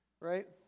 right